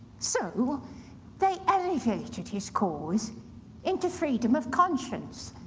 so they elevated his cause into freedom of conscience,